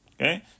Okay